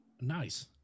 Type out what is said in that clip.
Nice